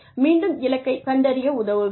மீண்டும் இலக்கை கண்டறிய உதவ வேண்டும்